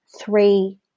three